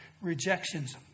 rejections